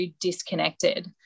disconnected